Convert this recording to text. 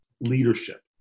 leadership